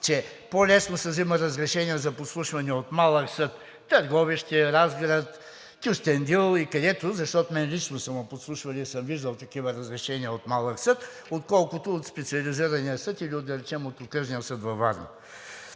че по лесно се взима разрешение за подслушване от малък съд – Търговище, Разград, Кюстендил, защото мен лично са ме подслушвали и съм виждал такива разрешения от малък съд, отколкото от Специализирания съд или да речем от Окръжния съд във Варна.